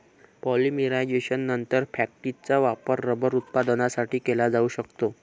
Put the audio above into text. पॉलिमरायझेशननंतर, फॅक्टिसचा वापर रबर उत्पादनासाठी केला जाऊ शकतो